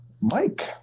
Mike